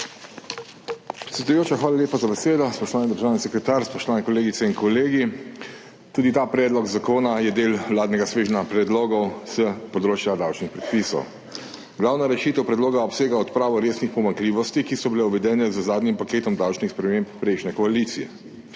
hvala lepa za besedo. Spoštovani državni sekretar, spoštovani kolegice in kolegi! Tudi ta predlog zakona je del vladnega svežnja predlogov s področja davčnih predpisov. Glavna rešitev predloga obsega odpravo resnih pomanjkljivosti, ki so bile uvedene z zadnjim paketom davčnih sprememb prejšnje koalicije.